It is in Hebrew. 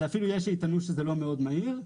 אפילו יש שיטענו שזה לא מאוד מהיר.